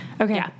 Okay